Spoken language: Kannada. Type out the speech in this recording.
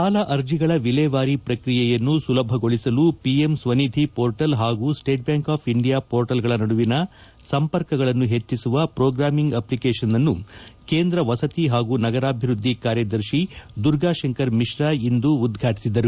ಸಾಲ ಅರ್ಜಿಗಳ ವಿಲೇವಾರಿ ಪ್ರಕ್ರಿಯೆಯನ್ನು ಸುಲಭಗೊಳಿಸಲು ಪಿಎಂ ಸ್ವನಿಧಿ ಪೋರ್ಟಲ್ ಹಾಗೂ ಸ್ಸೇಟ್ ಬ್ಯಾಂಕ್ ಆಫ್ ಇಂಡಿಯಾ ಪೋರ್ಟಲ್ಗಳ ನಡುವಿನ ಸಂಪರ್ಕಗಳನ್ನು ಹೆಚ್ಚಿಸುವ ಪ್ರೋಗ್ರಾಮಿಂಗ್ ಅಪ್ಲಿಕೇಶನ್ ಅನ್ನು ಕೇಂದ್ರ ವಸತಿ ಹಾಗೂ ನಗರಾಭಿವೃದ್ದಿ ಕಾರ್ಯದರ್ಶಿ ದುರ್ಗಾಶಂಕರ್ ಮಿಶ್ರಾ ಇಂದು ಉದ್ಘಾಟಿಸಿದರು